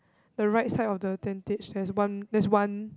the right side of the tentage there's one there's one